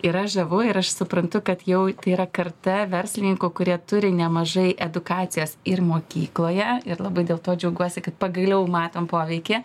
yra žavu ir aš suprantu kad jau tai yra karta verslininkų kurie turi nemažai edukacijas ir mokykloje ir labai dėl to džiaugiuosi kad pagaliau matom poveikį